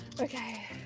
Okay